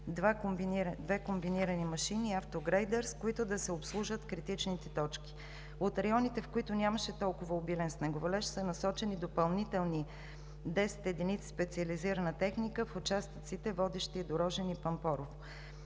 две комбинирани машини и автогрейдер, с които да се обслужат критичните точки. От районите, в които нямаше толкова обилен снеговалеж, са насочени допълнителни десет единици специализирана техника в участъците, водещи до Рожен и Пампорово.